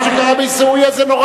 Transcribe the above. מה שקרה בעיסאוויה זה נורא